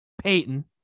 Peyton